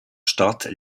stadt